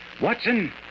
Watson